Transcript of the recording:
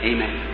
Amen